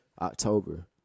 October